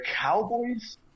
Cowboys